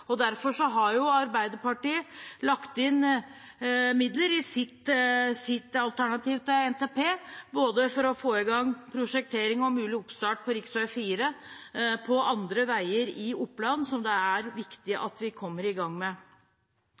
Arbeiderpartiet lagt inn midler i sitt alternativ til NTP for å få i gang prosjektering og mulig oppstart både på rv. 4 og på andre veier i Oppland som det er viktig at vi kommer i gang med.